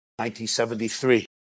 1973